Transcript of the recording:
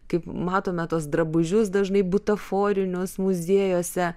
kaip matome tuos drabužius dažnai butaforinius muziejuose